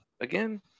Again